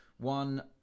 One